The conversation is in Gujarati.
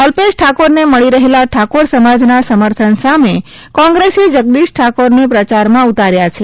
અલ્પેશ ઠાકોરને મળી રહેલા ઠાકોર સમાજના સમર્થન સામે કોંગ્રેસે જગદીશ ઠાકોરને પ્રચારમાં ઉતાર્યા છે